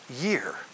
year